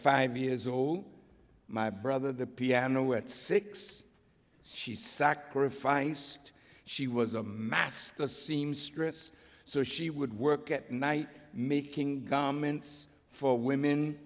five years old my brother the piano at six she sacrificed she was a master seamstress so she would work at night making comments for women